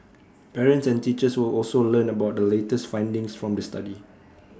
parents and teachers will also learn about the latest findings from the study